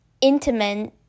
intimate